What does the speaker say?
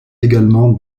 également